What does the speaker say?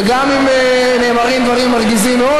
וגם אם נאמרים דברים מרגיזים מאוד,